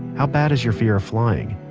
how bad is your fear of flying?